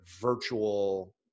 virtual